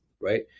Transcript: right